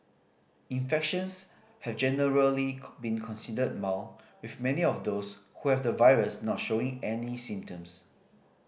infections have generally been considered mild with many of those who have the virus not showing any symptoms